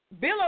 Bill